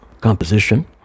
composition